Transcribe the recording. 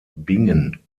bingen